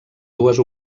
dues